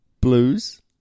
Blues